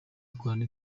gukorana